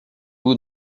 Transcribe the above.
vous